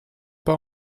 pas